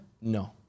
no